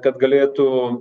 kad galėtų